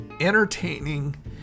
entertaining